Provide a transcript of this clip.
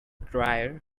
dryer